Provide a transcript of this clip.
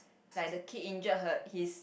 like the kid injured her his